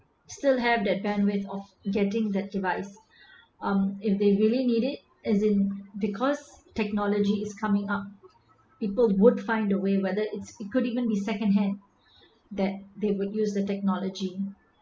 still have that bandwidth of getting that device um if they really need it as in because technology is coming up people would find a way whether it's it could even be second hand that they would use the technology